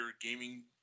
gaming